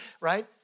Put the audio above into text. right